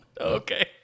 Okay